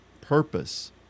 purpose